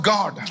God